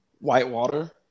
Whitewater